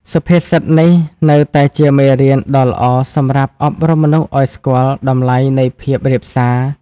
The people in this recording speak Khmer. សុភាសិតនេះនៅតែជាមេរៀនដ៏ល្អសម្រាប់អប់រំមនុស្សឱ្យស្គាល់តម្លៃនៃភាពរាបសារ។